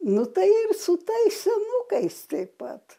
nu tai ir su tais senukais taip pat